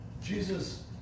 Jesus